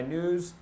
News